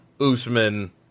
Usman